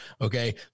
Okay